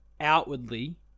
outwardly